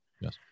yes